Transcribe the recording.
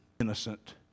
innocent